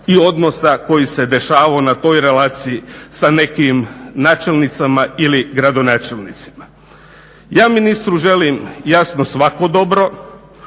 i odnosa koji se dešavao na toj relaciji sa nekim načelnicama ili gradonačelnicima. Ja ministru želim jasno svako dobro.